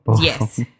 Yes